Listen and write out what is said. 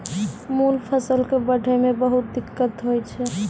मूल फसल कॅ बढ़ै मॅ बहुत दिक्कत होय छै